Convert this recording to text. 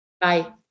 bye